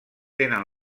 tenen